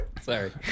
sorry